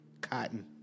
Cotton